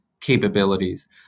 capabilities